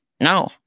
no